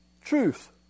truth